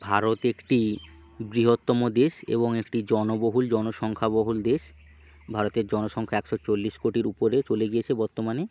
ভারত একটি বৃহত্তম দেশ এবং একটি জনবহুল জনসংখ্যাবহুল দেশ ভারতের জনসংখ্যা একশো চল্লিশ কোটির উপরে চলে গিয়েছে বর্তমানে